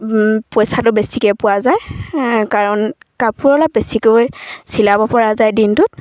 পইচাটো বেছিকৈ পোৱা যায় কাৰণ কাপোৰ অলপ বেছিকৈ চিলাব পৰা যায় দিনটোত